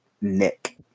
Nick